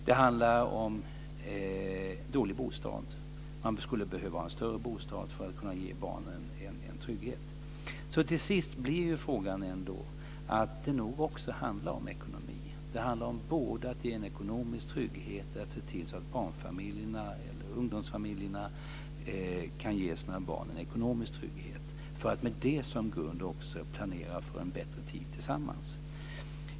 Det handlar om dålig bostad, att man skulle behöva ha en större bostad för att kunna ge barnen en trygghet. Till sist blir det nog ändå en fråga om ekonomi också. Det handlar om både att ge en ekonomisk trygghet och att se till att barnfamiljerna eller ungdomsfamiljerna kan ge sina barn en ekonomisk trygghet, för att med det som grund också planera för en bättre tid tillsammans.